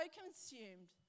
consumed